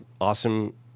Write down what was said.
awesome